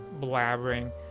blabbering